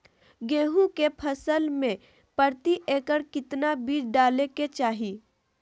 गेहूं के फसल में प्रति एकड़ कितना बीज डाले के चाहि?